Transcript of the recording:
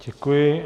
Děkuji.